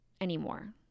anymore